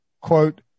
Quote